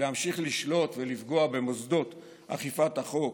להמשיך לשלוט ולפגוע במוסדות אכיפת החוק